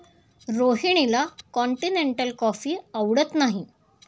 रोहिणीला continental coffee आवडत नाही